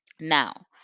Now